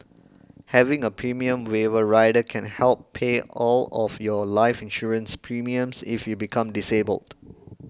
having a premium waiver rider can help pay all of your life insurance premiums if you become disabled